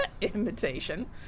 invitation